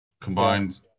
combined